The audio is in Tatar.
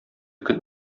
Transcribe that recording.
көн